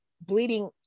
bleeding